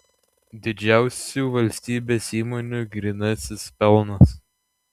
didžiausių valstybės įmonių grynasis pelnas